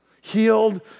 healed